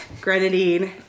grenadine